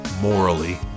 morally